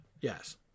Yes